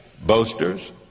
Boasters